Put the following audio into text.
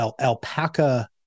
alpaca